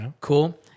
Cool